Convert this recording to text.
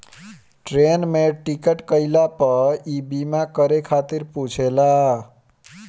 train में ticket कईला पअ इ बीमा करे खातिर पुछेला